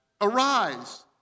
arise